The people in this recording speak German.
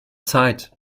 zeit